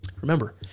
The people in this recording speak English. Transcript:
Remember